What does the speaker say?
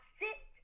sit